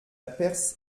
perse